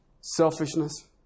selfishness